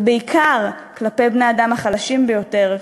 ובעיקר כלפי בני-האדם החלשים ביותר,